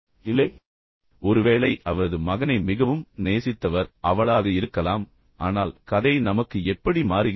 இல்லை ஒருவேளை அவரது மகனை மிகவும் நேசித்தவர் அவளாக இருக்கலாம் ஆனால் கதை நமக்கு எப்படி மாறுகிறது